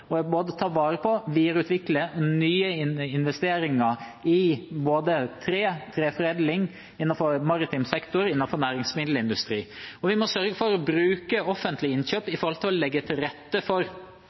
både å ta vare på og videreutvikle nye investeringer i treforedling, innenfor maritim sektor og innenfor næringsmiddelindustri. Vi må sørge for å bruke offentlige innkjøp